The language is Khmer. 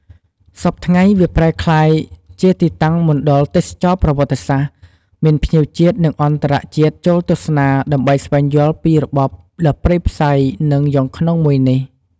សព្វថ្ងៃ វាប្រែក្លាយជាទីតាំងមណ្ឌលទេសចរណ៍ប្រវត្តិសាស្ត្រ មានភ្ញៀវជាតិ និងអន្តរជាតិចូលទស្សនា ដើម្បីស្វែងយល់ពីរបបដ៏ព្រៃផ្សៃ និង យង់ឃ្នងមួយនេះ។